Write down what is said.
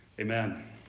amen